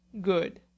good